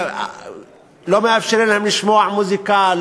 לא מאפשרים להם לשמוע מוזיקה,